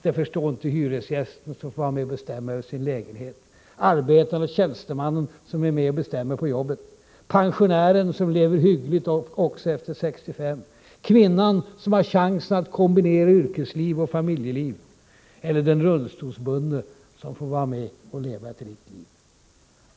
Det förstår inte hyresgästen som får vara med och bestämma över sin lägenhet, arbetaren eller tjänstemannen som är med och bestämmer på jobbet, pensionären som lever hyggligt också efter 65 år, kvinnan som har chans att kombinera yrkesliv och familjeliv eller den rullstolsbundne som får vara med och leva ett rikt liv.